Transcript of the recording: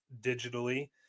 digitally